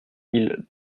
mille